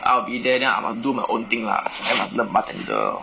I will be there then I must do my own thing lah then employ a bartender